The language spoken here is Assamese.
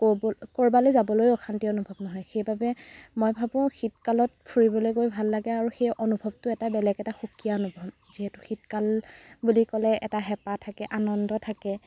ক'ৰবালৈ যাবলৈ অশান্তি অনুভৱ নহয় সেইবাবে মই ভাবোঁ শীতকালত ফুৰিবলৈ গৈ ভাল লাগে আৰু সেই অনুভৱটো এটা বেলেগ এটা সুকীয়া অনুভৱ যিহেতু শীতকাল বুলি ক'লে এটা হেঁপাহ থাকে আনন্দ থাকে